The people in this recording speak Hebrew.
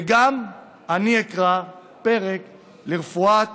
וגם אני אקרא פרק לרפואת